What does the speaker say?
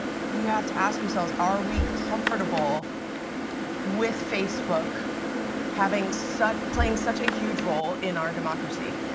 you have to ask yourselves are we comfortable with facebook having such playing such a huge role in our democracy?